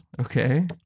Okay